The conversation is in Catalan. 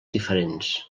diferents